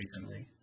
recently